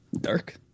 Dark